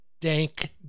dank